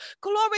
glory